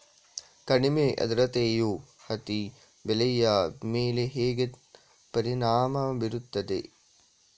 ಕಡಿಮೆ ಆದ್ರತೆಯು ಹತ್ತಿ ಬೆಳೆಯ ಮೇಲೆ ಹೇಗೆ ಪರಿಣಾಮ ಬೀರುತ್ತದೆ?